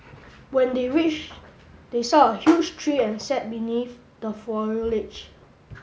when they reached they saw a huge tree and sat beneath the